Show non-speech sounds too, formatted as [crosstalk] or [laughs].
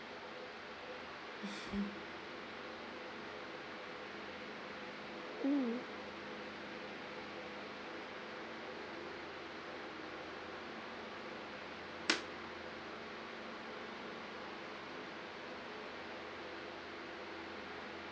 [laughs] mm